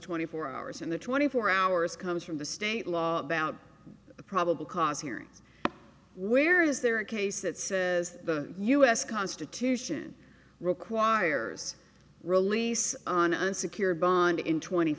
twenty four hours in the twenty four hours comes from the state law about probable cause here where is there a case that the u s constitution requires release on an unsecured bond in twenty